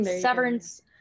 Severance